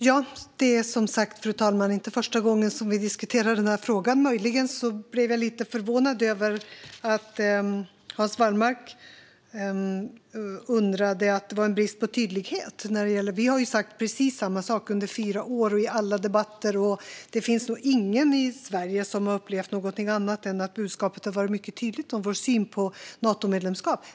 Fru talman! Det är som sagt inte första gången vi diskuterar denna fråga. Jag blev möjligen lite förvånad över att Hans Wallmark talade om en brist på tydlighet. Vi har sagt precis samma sak under fyra år och i alla debatter. Det finns nog ingen i Sverige som har uppfattat något annat än att budskapet har varit mycket tydligt när det gäller vår syn på Natomedlemskap.